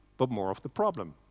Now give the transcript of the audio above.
but more of the problem.